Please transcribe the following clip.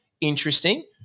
Interesting